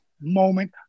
moment